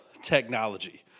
technology